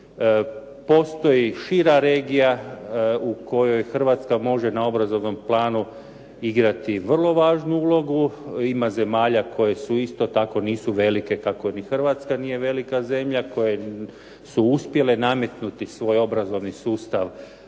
Postoji šira regija u kojoj Hrvatska može na obrazovnom planu igrati vrlo važnu ulogu. Ima zemalja koje su isto tako, nisu velike kako ni Hrvatska nije velika zemlja koje su uspjele nametnuti svoj obrazovni sustav